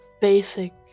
Basic